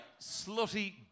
slutty